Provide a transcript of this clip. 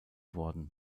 worden